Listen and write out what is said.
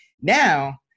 Now